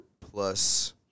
plus